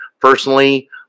personally